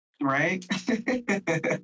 Right